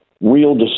real